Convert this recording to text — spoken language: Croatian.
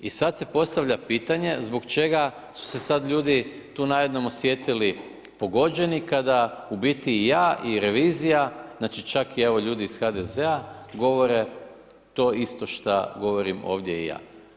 I sad se postavlja pitanje zbog čega su se sad ljudi tu najednom osjetili pogođeni kada u biti i ja i revizija, znači čak i evo ljudi iz HDZ-a govore to isto što govorim ovdje i ja.